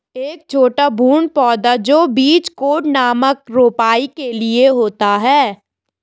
एक छोटा भ्रूण पौधा जो बीज कोट नामक रोपाई के लिए होता है